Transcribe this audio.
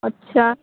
अच्छा